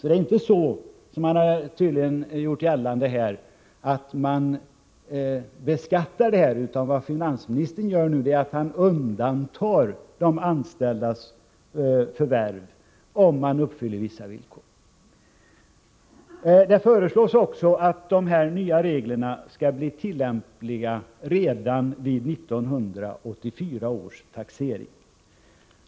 Det är inte fråga om någon beskattning — som man tydligen gjort gällande — utan vad finansministern gör är att han undantar de anställdas förvärv, om vissa villkor uppfylls. Det föreslås också att dessa nya regler skall bli tillämpliga redan vid 1984 års taxering.